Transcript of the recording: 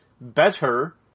better